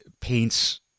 paints